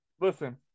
Listen